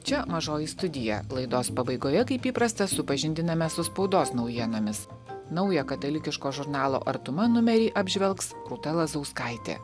čia mažoji studija laidos pabaigoje kaip įprasta supažindiname su spaudos naujienomis naują katalikiško žurnalo artuma numerį apžvelgs rūta lazauskaitė